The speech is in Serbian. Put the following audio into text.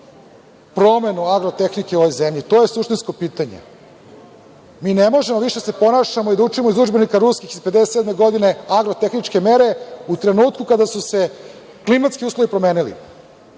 promenu agrotehnike u ovoj zemlji. To je suštinsko pitanje. Mi ne možemo više da se ponašamo i da učimo iz ruskih udžbenika iz 1957. godine agrotehničke mere u trenutku kada su se klimatski uslovi promenili,